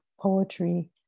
poetry